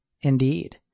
Indeed